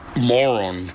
moron